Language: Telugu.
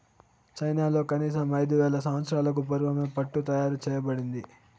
చైనాలో కనీసం ఐదు వేల సంవత్సరాలకు పూర్వమే పట్టు తయారు చేయబడింది